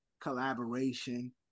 collaboration